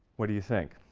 what do you think?